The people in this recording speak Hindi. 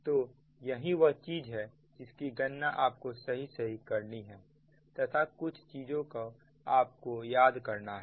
तो यही वह चीज है जिसकी गणना आपको सही सही करनी है तथा कुछ चीजों को आपको याद करना है